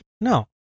No